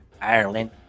Ireland